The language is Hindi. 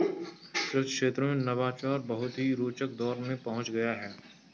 कृषि क्षेत्र में नवाचार बहुत ही रोचक दौर में पहुंच गया है